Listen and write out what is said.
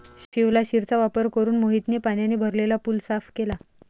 शिवलाशिरचा वापर करून मोहितने पाण्याने भरलेला पूल साफ केला